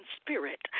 spirit